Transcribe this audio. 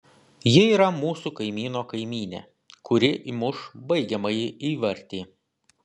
ji yra mūsų kaimyno kaimynė kuri įmuš baigiamąjį įvartį